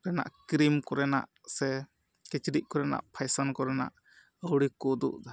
ᱨᱮᱱᱟᱜ ᱠᱨᱤᱢ ᱠᱚᱨᱮᱱᱟᱜ ᱥᱮ ᱠᱤᱪᱨᱤᱡ ᱠᱚᱨᱮᱱᱟᱜ ᱯᱷᱮᱥᱮᱱ ᱠᱚᱨᱮᱱᱟᱜ ᱟᱹᱣᱲᱤ ᱜᱮᱠᱚ ᱩᱫᱩᱜ ᱮᱫᱟ